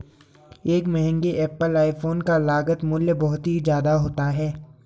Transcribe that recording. एक महंगे Apple iPhone का लागत मूल्य बहुत ही ज्यादा होता है